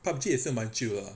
pub G 也是蛮旧的 lah